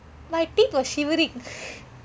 my teeth was shivering